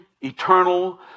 eternal